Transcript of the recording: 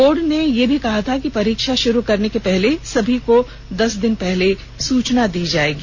board ने यह भी कहा था कि परीक्षा शुरू करने से पहले सभी को दस दिन पहले सूचना दी जाएगी